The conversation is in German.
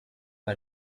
bei